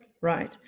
Right